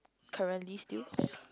currently still